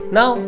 Now